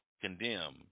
condemn